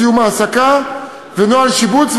סיום העסקה ונוהל שיבוץ,